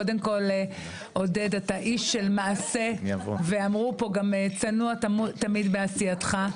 עודד, אתה איש של מעשה וצנוע תמיד בעשייתך.